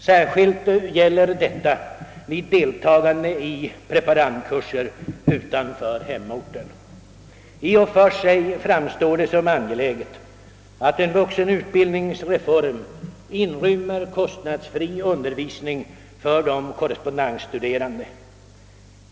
Särskilt gäller detta vid deltagande i preparandkurser utanför hemorten. I och för sig framstår det som angeläget att en vuxenutbildningsreform inrymmer kostnadsfri undervisning för de korrespondensstuderande.